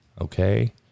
Okay